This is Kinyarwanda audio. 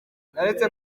naretse